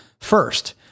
first